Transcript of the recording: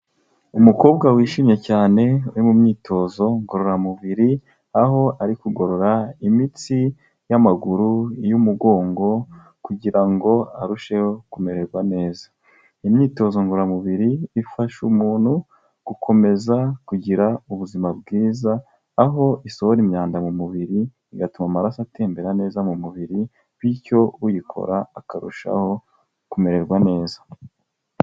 Umukobwa wishimye cyane uri mu myitozo ngororamubiri, aho ari kugorora imitsi y'amaguru, iy'umugongo kugira ngo arusheho kumererwa neza. Imyitozo ngororamubiri ifasha umuntu gukomeza kugira ubuzima bwiza, aho isohora imyanda mu mubiri, igatuma amaraso atembera neza mu mubiri, bityo uyikora akarushaho kumererwa neza.